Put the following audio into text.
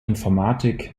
informatik